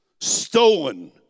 stolen